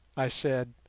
i said,